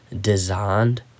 designed